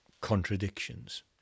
contradictions